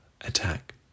attack